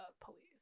police